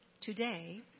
Today